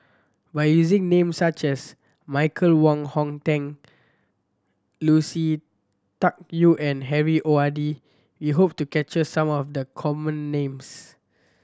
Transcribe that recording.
by using names such as Michael Wong Hong Teng Lucy Tuck Yew and Harry O R D we hope to capture some of the common names